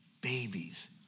babies